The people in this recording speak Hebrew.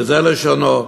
וזה לשונו: